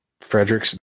Frederick's